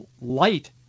light